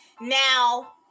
Now